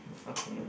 okay